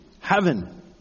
heaven